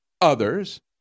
others